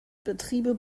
betriebe